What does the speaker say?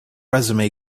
resume